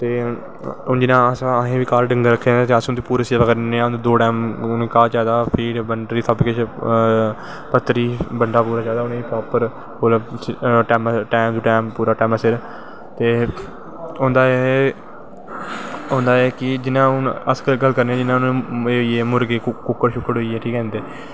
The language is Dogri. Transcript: ते असैं बी घर डंगर रक्खे दे नै ते अस उंदी पूरी सेवा करनें होनें आं ते दो टैम उनेंगी घाह् चाही दा ते फीट बंडनी सब किश पत्तरी बंडा चाही दा उनेंगी प्रपर टैम टू टैम पूरा टैमा सिर ते उंदा एह् होंदा एह् ऐ कि जियां हून अक गल्ल करनें आं मुर्गी कुक्कड़ शुक्कड़ होइये शैल ऐ